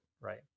right